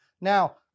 Now